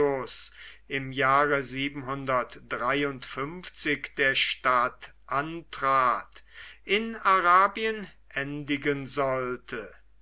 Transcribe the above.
im jahre der stadt antrat in arabien endigen sollte